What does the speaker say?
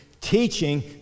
teaching